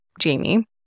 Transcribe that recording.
jamie